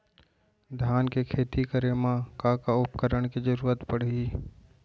धान के खेती करे मा का का उपकरण के जरूरत पड़हि?